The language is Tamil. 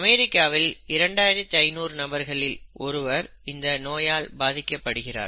அமெரிக்காவில் 2500 நபர்களில் ஒருவர் இந்த நோயால் பாதிக்கப் படுகிறார்